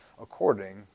according